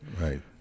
Right